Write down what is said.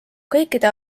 kõikide